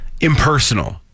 impersonal